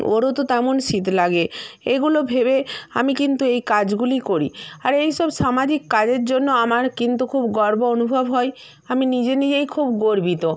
ওরও তো তেমন শীত লাগে এগুলো ভেবে আমি কিন্তু এই কাজগুলি করি আর এইসব সামাজিক কাজের জন্য আমার কিন্তু খুব গর্ব অনুভব হয় আমি নিজে নিজেই খুব গর্বিত